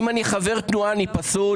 אם אני חבר תנועה אני פסול?